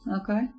Okay